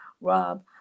rob